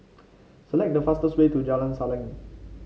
select the fastest way to Jalan Salang